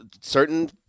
certain